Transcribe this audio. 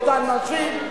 באותן נשים,